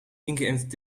ingeënt